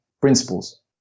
principles